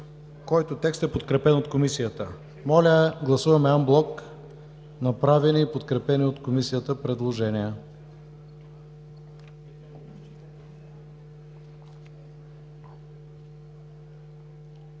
който текст е подкрепен от Комисията. Моля, гласуваме анблок направени и подкрепени от Комисията предложения.